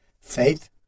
faith